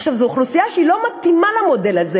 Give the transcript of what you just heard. עכשיו, זו אוכלוסייה שאינה מתאימה למודל הזה.